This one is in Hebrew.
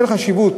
בשל החשיבות